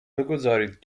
بگذارید